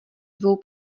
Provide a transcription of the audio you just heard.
dvou